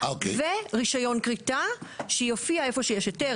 ורישיון כריתה שיופיע איפה שיש היתר,